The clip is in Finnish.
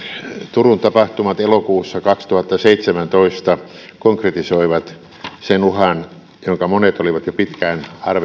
turun tapahtumat elokuussa kaksituhattaseitsemäntoista konkretisoivat sen uhan jonka monet olivat jo pitkään